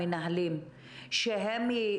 הם מבקשים את זה עכשיו,